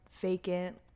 vacant